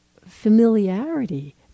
familiarity